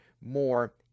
more